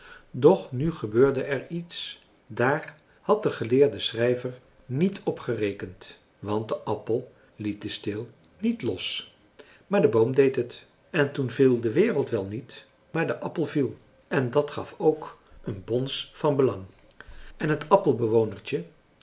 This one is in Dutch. doch nu gebeurde er iets daar had de geleerde schrijver niet op gerekend want de appel liet den steel niet los maar de boom deed het en toen viel de wereld wel niet maar de appel viel en dat gaf ook een bons van belang en het appelbewonertje